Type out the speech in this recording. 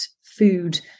food